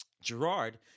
Gerard